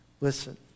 Listen